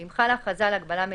ואם חלה הכרזה על הגבלה מלאה,